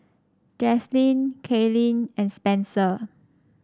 Jaslene Kailyn and Spencer